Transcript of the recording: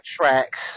tracks